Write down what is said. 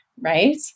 right